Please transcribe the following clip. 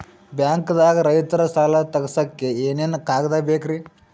ಬ್ಯಾಂಕ್ದಾಗ ರೈತರ ಸಾಲ ತಗ್ಸಕ್ಕೆ ಏನೇನ್ ಕಾಗ್ದ ಬೇಕ್ರಿ?